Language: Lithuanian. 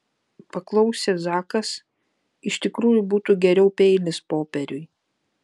paklausė zakas iš tikrųjų būtų geriau peilis popieriui